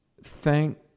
Thank